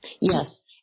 Yes